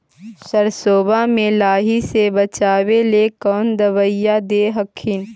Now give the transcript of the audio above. सरसोबा मे लाहि से बाचबे ले कौन दबइया दे हखिन?